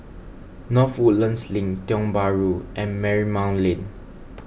North Woodlands Link Tiong Bahru and Marymount Lane